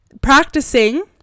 practicing